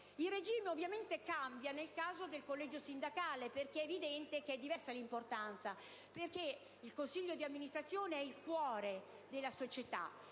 Il regime ovviamente cambia nel caso del collegio sindacale (è evidente, infatti, la diversa importanza: il consiglio di amministrazione è il cuore della società,